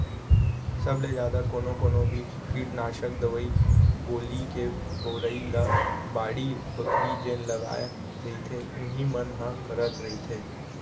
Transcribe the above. सब ले जादा कोनो कोनो भी कीटनासक दवई गोली के बउरई ल बाड़ी बखरी जेन लगाय रहिथे उही मन ह करत रहिथे